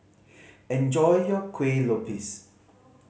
enjoy your Kueh Lopes